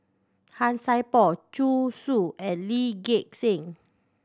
Han Sai Por Zhu Xu and Lee Gek Seng